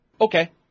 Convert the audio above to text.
okay